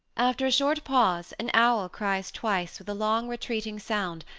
after a short pause an owl cries twice with a long retreating sound,